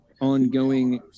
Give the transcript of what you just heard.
ongoing